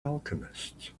alchemists